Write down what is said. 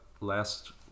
last